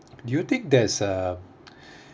do you think there's uh